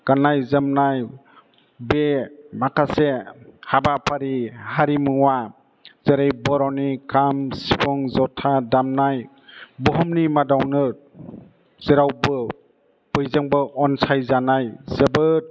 गाननाय जोमनाय बे माखासे हाबाफारि हारिमुवा जेरै बर'नि खाम सिफुं जथा दामनाय बुहुमनि मादावनो जेरावबो बयजोंबो अनसायजानाय जोबोर